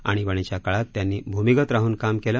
आणीबाणीच्या काळात त्यांनी भूमिगत राहून काम केलं